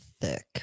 thick